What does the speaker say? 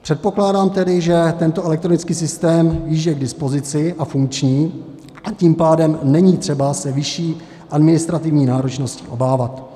Předpokládám tedy, že tento elektronický systém již je k dispozici a funkční, a tím pádem není třeba se vyšší administrativní náročnosti obávat.